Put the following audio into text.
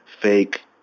fake